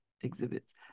exhibits